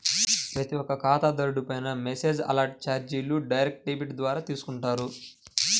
ప్రతి ఒక్క ఖాతాదారుడిపైనా మెసేజ్ అలర్ట్ చార్జీలు డైరెక్ట్ డెబిట్ ద్వారా తీసుకుంటారు